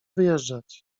wyjeżdżać